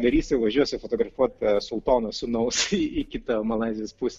darysiu važiuosiu fotografuot sultono sūnaus į kitą malaizijos pusę